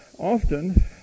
Often